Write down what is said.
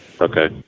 Okay